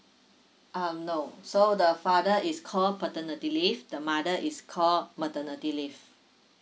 um no so the father is called paternity leave the mother is called maternity leave